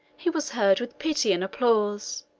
he was heard with pity and applause